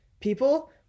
people